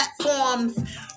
platforms